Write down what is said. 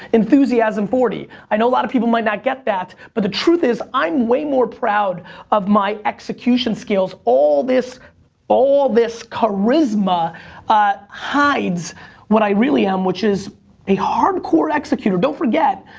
enthusiasm forty. i know a lot of people might not get that, but the truth is, i'm way more proud of my execution skills, all this all this charisma hides what i really am, which is a hard-core executer. don't forget,